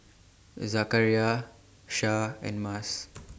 Zakaria Shah and Mas